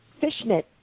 fishnet